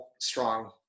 strong